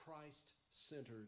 Christ-centered